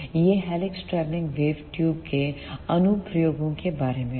तो यह helix travelling wave tube के अनुप्रयोगों के बारे में है